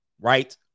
Right